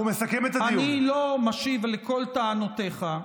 אני לא משיב לכל טענותיך,